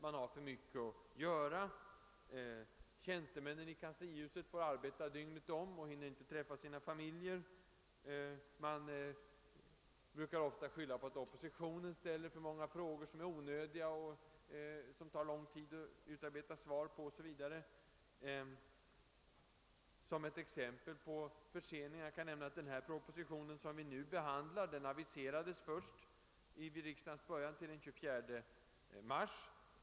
Man har för mycket att göra. Tjänstemännen i kanslihuset får arbeta dygnet om; de hinner knappast träffa sina familjer. Man brukar skylla på att oppositionen ställer för många onödiga frågor som det tar lång tid att utarbeta svar på. Som exempel på förseningar kan jag nämna att den proposition som vi nu behandlar aviserades vid riksdagens början till den 24 mars.